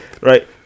Right